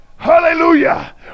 Hallelujah